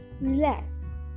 relax